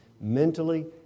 mentally